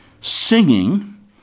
singing